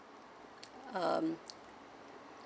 um